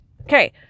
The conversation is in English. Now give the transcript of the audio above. Okay